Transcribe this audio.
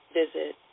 visit